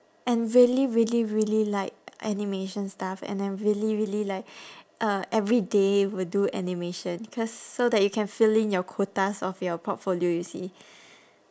and really really really like animation stuff and uh really really like uh every day will do animation cause so that you can fill in your quotas of your portfolio you see